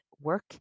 work